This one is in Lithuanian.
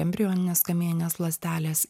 embrioninės kamieninės ląstelės